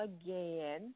again